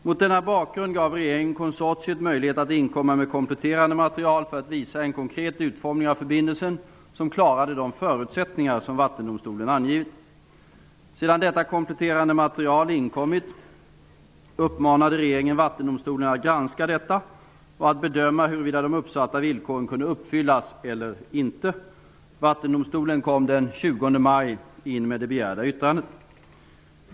Mot denna bakgrund gav regeringen konsortiet möjlighet att inkomma med kompletterande material för att visa en konkret utformning av förbindelsen som klarade de förutsättningar som Sedan detta kompletterande material inkommit uppmanade regeringen Vattendomstolen att granska detta och att bedöma huruvida de uppsatta villkoren kunde uppfyllas eller inte. Vattendomstolen kom den 20 maj in med det begärda yttrandet.